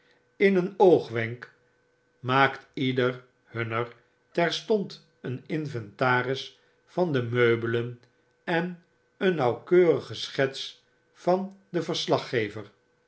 in een oogwenk maakt ieder hunner terstond een inventaris van de meubelen en een nauwkeurige schets vandenverslaggever